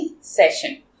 session